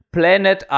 planet